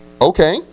okay